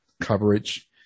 coverage